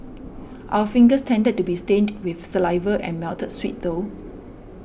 our fingers tended to be stained with saliva and melted sweet though